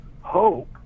hope